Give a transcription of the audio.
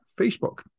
Facebook